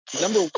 number